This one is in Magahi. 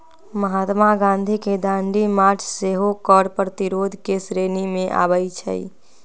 महात्मा गांधी के दांडी मार्च सेहो कर प्रतिरोध के श्रेणी में आबै छइ